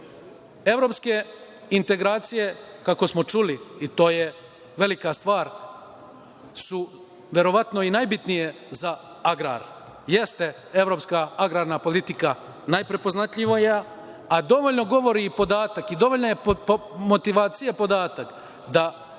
dešava. Evropske integracije, kako smo čuli i to je velika stvar, su verovatno i najbitnije za agrar. Jeste evropska agrarna politika najprepoznatljivija, a dovoljno govori podatak i dovoljna je motivacija, podatak da